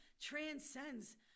transcends